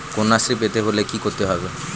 কন্যাশ্রী পেতে হলে কি করতে হবে?